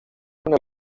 una